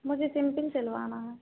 मुझे सिम्पिल सिलवाना है